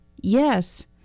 Yes